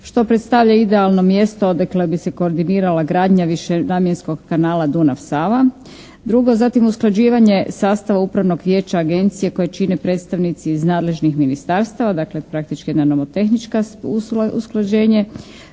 što predstavlja idealno mjesto odakle bi se koordinirala gradnja višenamjenskog kanala Dunav-Sava. Drugo, zatim usklađivanje sastava upravnog vijeća Agencije koje čine predstavnici iz nadležnih ministarstava, dakle, praktički jedna nomotehničko usklađenje.